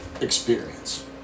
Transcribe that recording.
experience